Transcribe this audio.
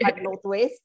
northwest